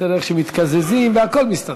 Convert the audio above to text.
תראה איך שמתקזזים והכול מסתדר.